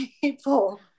people